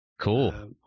cool